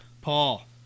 Paul